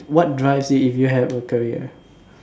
what drives you if you have a career